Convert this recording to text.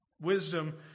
Wisdom